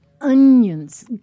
onions